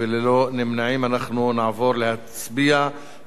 נעבור להצביע בקריאה שלישית על הצעת החוק.